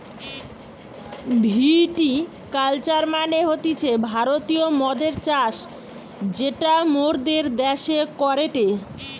ভিটি culture মানে হতিছে ভারতীয় মদের চাষ যেটা মোরদের দ্যাশে করেটে